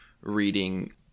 reading